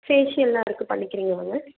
facial எல்லாம் இருக்கு பண்ணிக்கிறீங்களாங்க